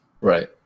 Right